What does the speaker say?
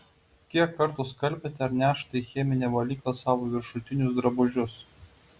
kiek kartų skalbiate ar nešate į cheminę valyklą savo viršutinius drabužius